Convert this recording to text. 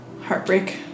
heartbreak